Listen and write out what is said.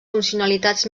funcionalitats